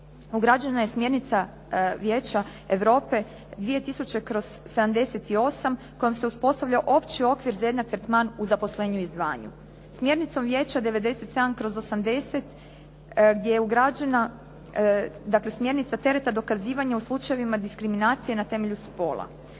ugrađena je smjernica Vijeća Europe 2000/78 kojom se uspostavlja opći okvir za jedan tretman u zaposljenju i zvanju. Smjernicom Vijeća 97/80 gdje je ugrađena, dakle, smjernica tereta dokazivanja u slučajevima diskriminacije na temelju spola.